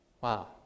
Wow